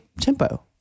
tempo